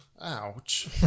Ouch